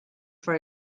for